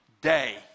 day